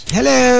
Hello